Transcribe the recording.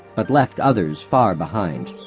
but left others far behind.